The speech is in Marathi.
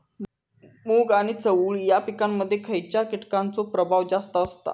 मूग आणि चवळी या पिकांमध्ये खैयच्या कीटकांचो प्रभाव जास्त असता?